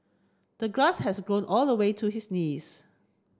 the grass has grown all the way to his knees